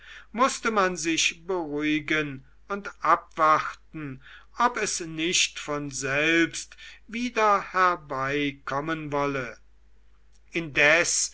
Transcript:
mußte man sich beruhigen und abwarten ob es nicht von selber wieder herbeikommen wolle indes